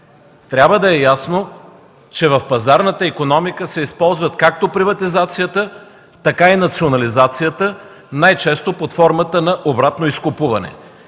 Трябва да е ясно, че в пазарната икономика се използват както приватизацията, така и национализацията – най-често под формата в обратно изкупуване.